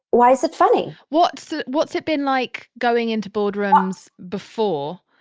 why is it funny? what's what's it been like going into boardrooms before?